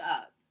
up